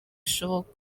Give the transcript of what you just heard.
bishoboka